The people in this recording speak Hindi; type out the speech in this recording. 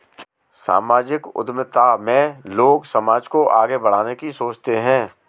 सामाजिक उद्यमिता में लोग समाज को आगे बढ़ाने की सोचते हैं